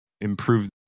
improve